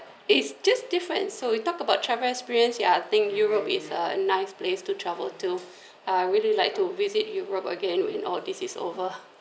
it's just different and so we talk about travel experience ya I think europe is a nice place to travel to uh really like to visit europe again when all of this is over